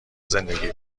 زندگی